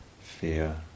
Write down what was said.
fear